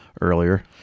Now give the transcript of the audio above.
earlier